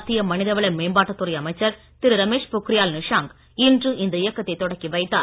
மத்திய மனிதவள மேம்பாட்டுத் துறை அமைச்சர் திரு ரமேஷ் பொக்ரியால் நிஷாங்க் இன்று இந்த இயக்கத்தை தொடக்கி வைத்தார்